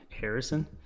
Harrison